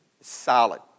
solid